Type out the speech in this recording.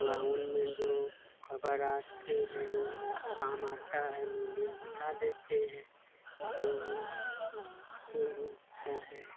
गाँव में जो खबर आती हैं वह काम आता है मीडिया बता देती है कि वहाँ होता है